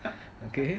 okay